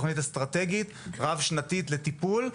תוכנית אסטרטגית רב-שנתית לטיפול,